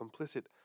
complicit